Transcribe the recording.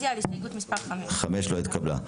הצבעה הרוויזיה לא נתקבלה הרוויזיה לא התקבלה.